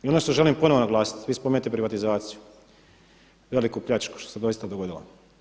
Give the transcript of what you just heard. I ono što želim ponovo naglasiti, vi spominjete privatizaciju, veliku pljačku što se doista dogodilo.